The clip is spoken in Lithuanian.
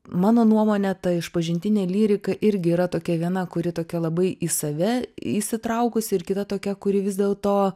mano nuomone ta išpažintinė lyrika irgi yra tokia viena kuri tokia labai į save įsitraukusi ir kita tokia kuri vis dėlto